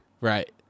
Right